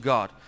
God